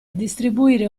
distribuire